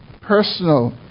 personal